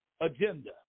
agenda